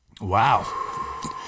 Wow